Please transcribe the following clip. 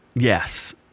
Yes